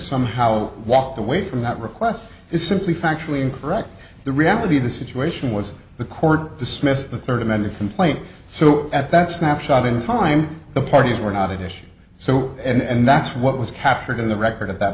somehow walked away from that request is simply factually incorrect the reality of the situation was the court dismissed the third amended complaint so at that snapshot in time the parties were not edition so and that's what was captured in the record at that